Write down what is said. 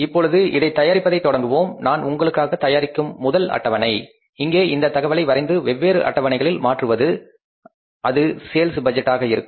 இப்பொழுது இதைத் தயாரிப்பதைத் தொடங்குவோம் நான் உங்களுக்காகத் தயாரிக்கும் முதல் அட்டவணை இங்கே இந்த தகவலை வரைந்து வெவ்வேறு அட்டவணைகளில் மாற்றுவது அது சேல்ஸ் பட்ஜெட்டாக இருக்கும்